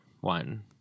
one